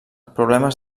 problemes